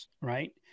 right